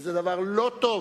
וזה דבר לא טוב.